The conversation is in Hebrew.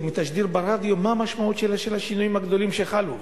מתשדיר ברדיו מה המשמעות של השינויים הגדולים שחלו,